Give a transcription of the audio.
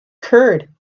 curd